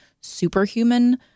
superhuman